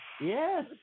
Yes